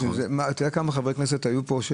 אתה יודע כמה חברי כנסת היו פה?